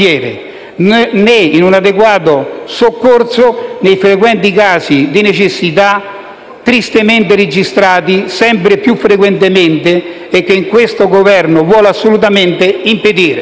né un adeguato soccorso nei frequenti casi di necessità, tristemente registrati sempre più frequentemente e che questo Governo vuole assolutamente impedire.